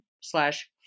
slash